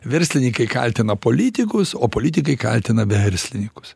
verslininkai kaltina politikus o politikai kaltina verslinykus